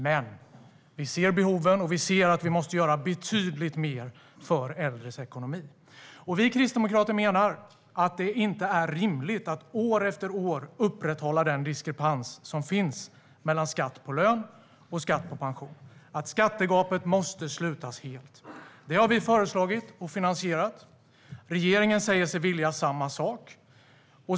Men vi ser behoven, och det behöver göras betydligt mer för äldres ekonomi. Vi kristdemokrater menar att det inte är rimligt att år efter år upprätthålla den diskrepans som finns mellan skatt på lön och skatt på pension. Skattegapet måste slutas helt. Det har vi föreslagit och finansierat. Regeringen säger sig vilja samma sak.